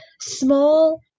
small